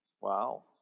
wow